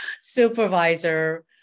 supervisor